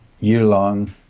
year-long